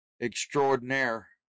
extraordinaire